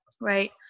right